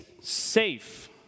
safe